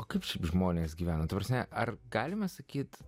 o kaip žmonės gyvena ta prasme ar galima sakyti